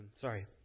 Sorry